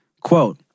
Quote